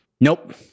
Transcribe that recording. nope